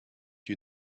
you